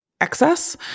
excess